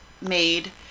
made